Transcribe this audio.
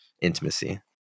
intimacy